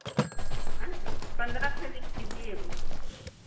हऍं पन्द्रह सौ लीजिए